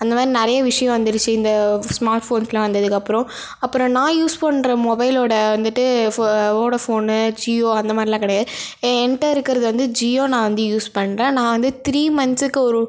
அந்த மாதிரி நிறைய விஷயம் வந்துருச்சு இந்த ஸ்மார்ட் ஃபோன்ஸ்லாம் வந்துக்கப்பறம் அப்புறம் நான் யூஸ் பண்ணுற மொபைலோடு வந்துட்டு ஃபோ வோடஃபோனு ஜியோ அந்த மாதிரிலாம் கிடையாது எ என்கிட்ட இருக்கிறது வந்து ஜியோ நான் வந்து யூஸ் பண்ணுறேன் நான் வந்து த்ரீ மந்த்ஸுக்கு ஒரு